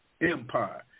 empire